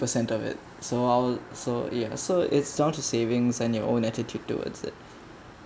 percent of it so I'll so ya so it's sort of savings and your own attitude towards it